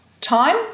time